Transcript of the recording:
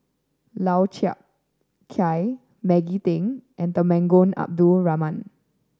Lau Chiap Khai Maggie Teng and Temenggong Abdul Rahman